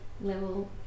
level